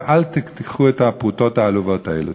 ואל תיקחו את הפרוטות העלובות האלה.